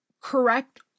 correct